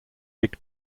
big